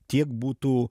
tiek būtų